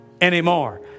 anymore